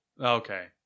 Okay